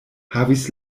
havis